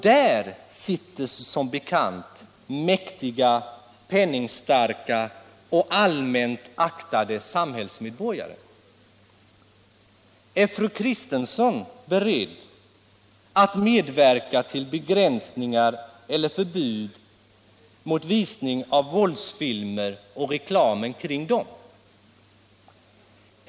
Där sitter som bekant mäktiga, penningstarka och allmänt aktade samhällsmedborgare. Är fru Kristensson beredd att medverka till begränsningar av eller förbud mot visning av våldsfilmer och reklamen för dem?